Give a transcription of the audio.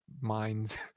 minds